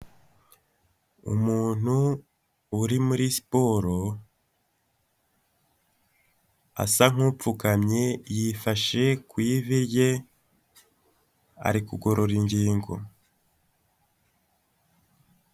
Umuntu uri muri siporo asa nkupfukamye yifashe kw'ivi rye ari kugorora ingingo.